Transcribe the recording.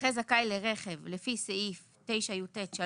הנכה זכאי לרכב לפי סעיף 9יט(3),